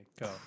Go